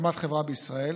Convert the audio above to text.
הקמת חברה בישראל.